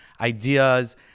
ideas